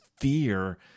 fear